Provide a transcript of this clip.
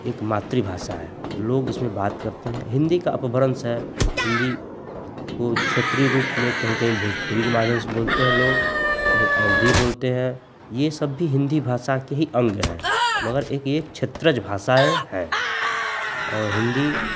एक मातृभाषा है लोग इसमें बात करते हैं हिन्दी का अपभ्रन्श है हिन्दी को क्षेत्रीय रूप में कहीं कहीं भोजपुरी के माध्यम से बोलते हैं लोग कहीं अवधी बोलते हैं यह सब भी हिन्दी भाषा के ही अंग हैं मगर एक यह क्षेत्रज भाषाएँ हैं और हिन्दी